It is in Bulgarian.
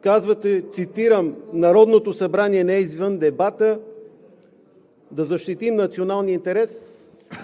Казвате, цитирам: „Народното събрание не е извън дебата. Да защитим националния интерес.“